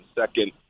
Second